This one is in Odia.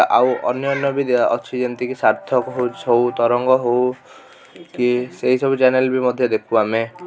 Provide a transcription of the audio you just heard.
ଆଉ ଅନ୍ୟାନ୍ୟ ବି ଅଛି ଯେମିତି କି ସାର୍ଥକ ହେଉଛି ହଉ ତରଙ୍ଗ ହଉ କି ସେଇସବୁ ଚ୍ୟାନେଲ୍ ବି ମଧ୍ୟ ଦେଖୁ ଆମେ